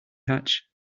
hatch